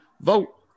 vote